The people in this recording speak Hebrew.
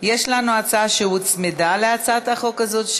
יש לנו הצעה שהוצמדה להצעת החוק הזאת,